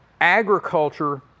agriculture